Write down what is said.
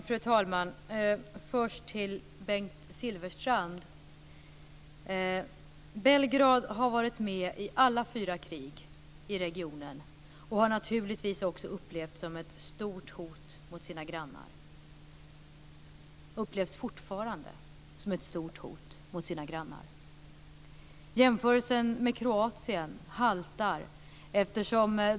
Fru talman! Jag ska först svara Bengt Silfverstrand. Belgrad har varit med i alla fyra krig i regionen och har naturligtvis upplevts som ett stort hot mot sina grannar. Belgrad upplevs fortfarande som ett stort hot mot sina grannar. Jämförelsen med Kroatien haltar.